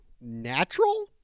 Natural